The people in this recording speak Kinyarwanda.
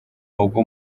ubwo